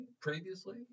previously